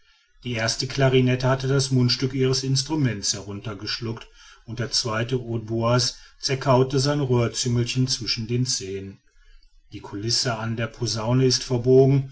die erste clarinette hat das mundstück ihres instruments hinuntergeschluckt und der zweite hautboist zerkaut seine rohrzüngelchen zwischen den zähnen die coulisse an der posaune ist verbogen